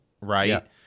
Right